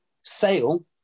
Sale